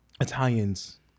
Italians